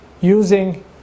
using